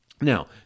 Now